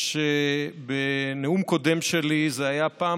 חושב שבנאום הקודם שלי זו הייתה פעם